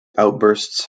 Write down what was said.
outbursts